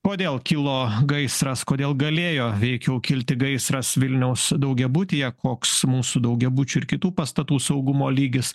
kodėl kilo gaisras kodėl galėjo veikiau kilti gaisras vilniaus daugiabutyje koks mūsų daugiabučių ir kitų pastatų saugumo lygis